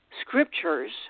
scriptures